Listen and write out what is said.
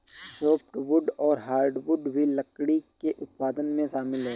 softwood और hardwood भी लकड़ी के उत्पादन में शामिल है